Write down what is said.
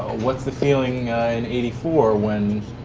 what's the feeling in eighty four when